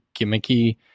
gimmicky